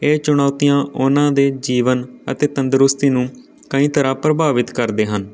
ਇਹ ਚੁਣੌਤੀਆਂ ਉਨ੍ਹਾਂ ਦੇ ਜੀਵਨ ਅਤੇ ਤੰਦਰੁਸਤੀ ਨੂੰ ਕਈ ਤਰ੍ਹਾਂ ਪ੍ਰਭਾਵਿਤ ਕਰਦੇ ਹਨ